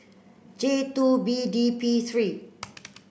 J two B D P three